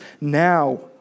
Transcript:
now